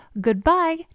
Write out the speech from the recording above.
goodbye